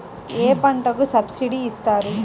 ఏ పంటకు సబ్సిడీ ఇస్తారు?